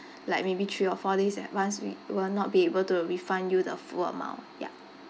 like maybe three or four days advance we will not be able to refund you the full amount ya